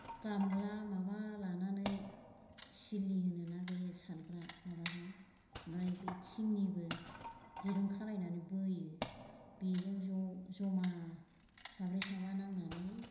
गामला माबा लानानै सिलि होनोना बे सानग्रा माबाजों ओमफ्राय बे थिंनिबो दिरुं खालायनानै बोयो बेजों ज' जमा साब्रै साबा नांनानै